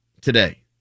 today